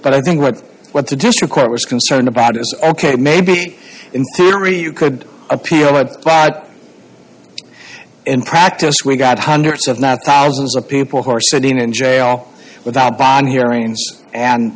but i think what what the district court was concerned about is ok maybe in theory you could appeal but bad in practice we've got hundreds of thousands of people who are sitting in jail without bond hearings and